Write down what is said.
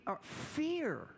fear